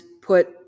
put